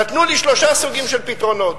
נתנו לי שלושה סוגים של פתרונות: